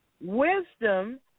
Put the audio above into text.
Wisdom